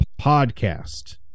Podcast